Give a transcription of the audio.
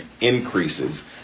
increases